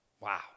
Wow